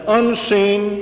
unseen